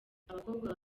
abakobwa